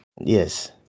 Yes